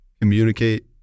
communicate